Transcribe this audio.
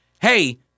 hey